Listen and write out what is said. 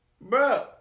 Bro